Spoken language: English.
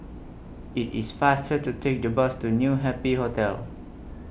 IT IS faster to Take The Bus to New Happy Hotel